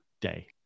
day